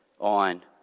on